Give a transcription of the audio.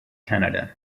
canada